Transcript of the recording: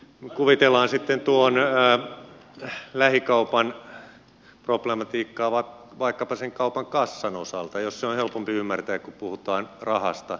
kuvitellaan sitten tuon lähikaupan problematiikkaa vaikkapa sen kaupan kassan osalta jos se on helpompi ymmärtää kun puhutaan rahasta